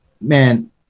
man